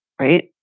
right